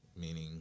meaning